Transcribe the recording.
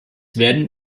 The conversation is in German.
werden